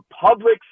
public